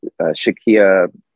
Shakia